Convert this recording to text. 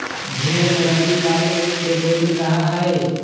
भेंड़ में रतिकाल एक से दो दिन रहा हई